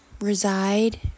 reside